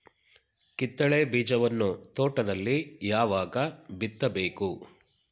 ಕಿತ್ತಳೆ ಬೀಜವನ್ನು ತೋಟದಲ್ಲಿ ಯಾವಾಗ ಬಿತ್ತಬೇಕು?